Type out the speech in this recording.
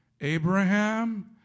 Abraham